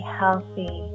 healthy